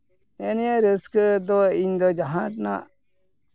ᱦᱮᱸᱜᱼᱮ ᱱᱤᱭᱟᱹ ᱨᱟᱹᱥᱠᱟᱹ ᱫᱚ ᱤᱧ ᱫᱚ ᱡᱟᱦᱟᱸ ᱨᱮᱱᱟᱜ